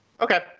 Okay